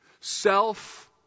self